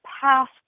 past